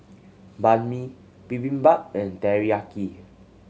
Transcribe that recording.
Banh Mi Bibimbap and Teriyaki